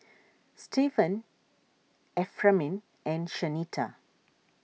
Stevan Ephraim and Shanita